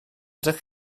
ydych